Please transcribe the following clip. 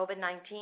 COVID-19